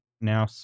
now